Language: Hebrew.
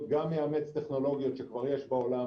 גם יאמץ טכנולוגיות שכבר יש בעולם,